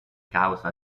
causa